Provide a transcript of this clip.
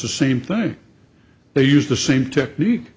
the same thing they use the same technique